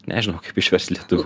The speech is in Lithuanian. nežinau kaip išverst į lietuvių